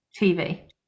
tv